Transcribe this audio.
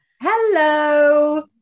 Hello